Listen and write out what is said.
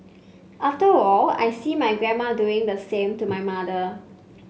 after all I see my grandma doing the same to my mother